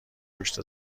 پشت